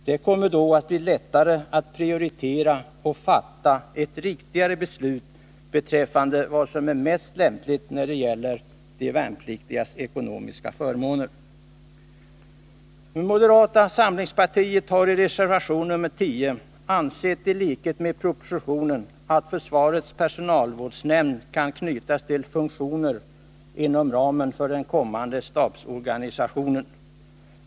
Det kommer då att bli lättare att prioritera och fatta ett riktigare beslut beträffande vad som är mest lämpligt när det gäller de värnpliktigas ekonomiska förmåner. Moderata samlingspartiet har i reservation 10 i likhet med i propositionen ansett att försvarets personalvårdsnämnd kan knytas till funktioner inom ramen för den kommande stabsorganisationen.